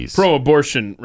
pro-abortion